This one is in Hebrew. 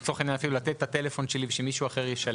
לצורך העניין אפילו לתת את הטלפון שלי ושמישהו אחר ישלם.